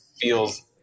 feels